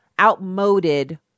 outmoded